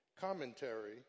commentary